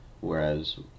whereas